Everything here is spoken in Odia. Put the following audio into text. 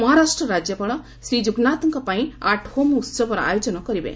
ମହାରାଷ୍ଟ୍ର ରାଜ୍ୟପାଳ ଶ୍ରୀ ଯୁଗନାଥଙ୍କ ପାଇଁ ଆଟ୍ ହୋମ୍ ଉସବର ଆୟୋଜନ କରିବେ